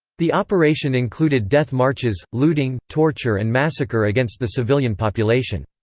the operation included death marches, looting, torture and massacre against the civilian population.